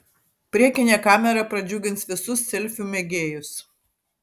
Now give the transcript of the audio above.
priekinė kamera pradžiugins visus selfių mėgėjus